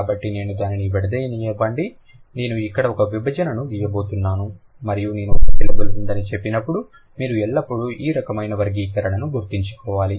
కాబట్టి నేను దానిని విడదీయనివ్వండి నేను ఇక్కడ ఒక విభజనను గీయబోతున్నాను మరియు నేను ఒక సిలబుల్ ఉందని చెప్పినప్పుడు మీరు ఎల్లప్పుడూ ఈ రకమైన వర్గీకరణను గుర్తుంచుకోవాలి